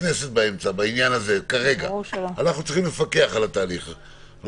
בגלל זה דיברתי עם --- אנחנו נחתור.